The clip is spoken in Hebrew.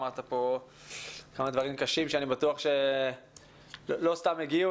אמרת כאן כמה דברים קשים שאני בטוח שלא סתם הגיעו